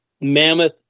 Mammoth